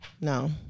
No